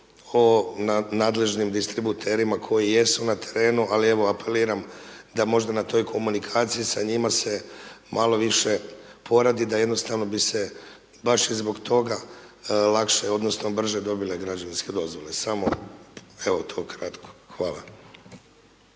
o nadležnim distributerima koji jesu na terenu, ali evo apeliram da možda na toj komunikaciji sa njima se malo više poradi da jednostavno bi se baš i zbog toga lakše odnosno brže dobile građevinske dozvole. Samo evo to kratko. Hvala.